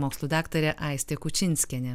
mokslų daktarė aistė kučinskienė